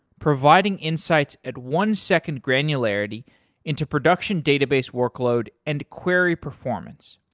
providing insights at one second granularity into production database workload and query performance.